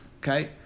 Okay